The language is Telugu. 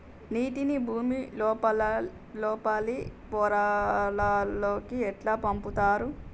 నీటిని భుమి లోపలి పొరలలోకి ఎట్లా పంపుతరు?